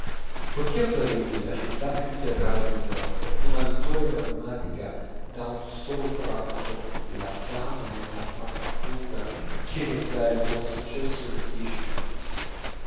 poichè a parigi la città più teatrale del mondo una vittoria drammatica dà d'un solo tratto la fama e la fortuna che non dà il buon successo di dieci libri